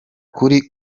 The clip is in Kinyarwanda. kuri